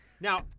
Now